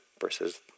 versus